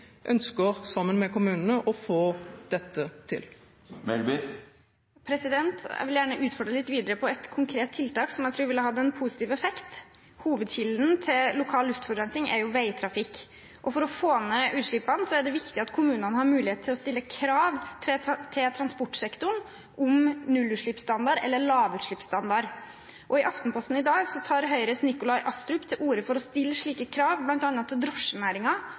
ønsker sammen med kommunene å få dette til. Jeg vil gjerne utfordre litt videre på et konkret tiltak som jeg tror ville hatt positiv effekt. Hovedkilden til lokal luftforurensing er jo veitrafikk, og for å få ned utslippene er det viktig at kommunene har mulighet til å stille krav til transportsektoren om nullutslippstandard eller lavutslippstandard. I Aftenposten i dag tar Høyres Nikolai Astrup til orde for å stille slike krav, bl.a. til